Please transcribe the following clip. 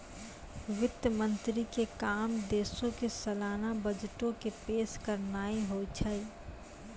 वित्त मंत्री के काम देशो के सलाना बजटो के पेश करनाय होय छै